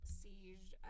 siege